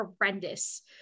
horrendous